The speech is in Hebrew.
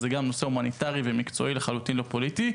זה גם נושא הומניטרי ומקצועי, לחלוטין לא פוליטי.